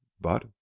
But—